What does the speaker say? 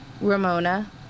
Ramona